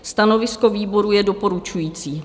Stanovisko výboru je doporučující.